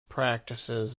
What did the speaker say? practices